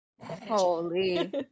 Holy